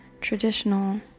traditional